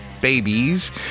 babies